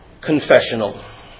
confessional